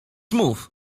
mów